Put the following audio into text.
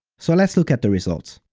so let's look at the results.